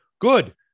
good